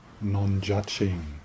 non-judging